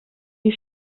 die